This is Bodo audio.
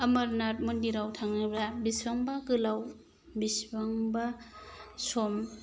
अमरनाथ मन्दिराव थाङोब्ला बेसेबांबा गोलाव बेसेबांबा सम